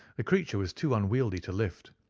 ah creature was too unwieldy to lift,